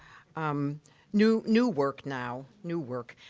um, new new work now. new work.